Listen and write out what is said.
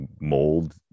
mold